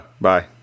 bye